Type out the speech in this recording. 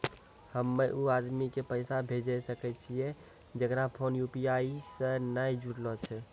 हम्मय उ आदमी के पैसा भेजै सकय छियै जेकरो फोन यु.पी.आई से नैय जूरलो छै?